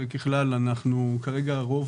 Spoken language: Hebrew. תוכנית מס' 3,